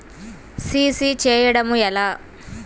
CC చేయడము ఎలా?